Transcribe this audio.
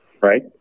right